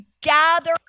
gather